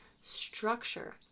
structure